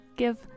give